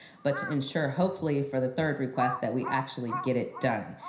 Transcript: but to ensure hopefully for the third request that we actually get it done.